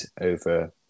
over